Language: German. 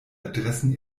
adressen